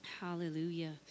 Hallelujah